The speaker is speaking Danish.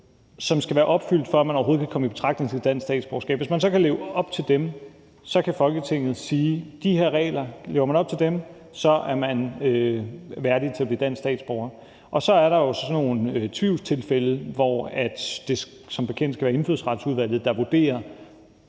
som skal være opfyldt, før man overhovedet kan komme i betragtning til et dansk statsborgerskab. Hvis man så kan leve op til dem, kan Folketinget sige: Lever man op til de her regler, er man værdig til at blive dansk statsborger. Så er der jo så nogle tvivlstilfælde, hvor det som bekendt skal være Indfødsretsudvalget, der vurderer,